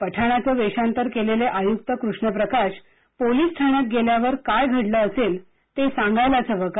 पठाणाचं वेषांतर केलेले आयुक्त कृष्ण प्रकाश पोलीस ठाण्यात गेल्यावर काय घडलं असलेते सांगायलाच हवं का